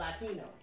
Latino